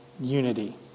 unity